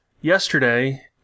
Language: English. yesterday